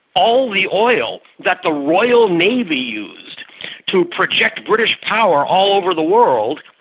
all the oil that the royal navy used to project british power all over the world,